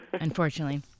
unfortunately